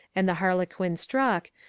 and the harlequin struck,